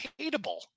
hateable